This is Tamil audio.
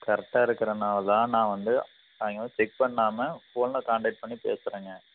கரெக்டாக இருக்கிறதனாலதான் நான் வந்து சாயங்காலம் செக் பண்ணாமல் ஃபோனில் கான்டெக்ட் பண்ணி பேசுறேங்க